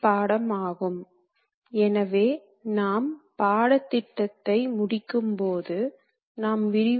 மாணவர் இந்தப் பாடத்தை கற்ற பின்பு சி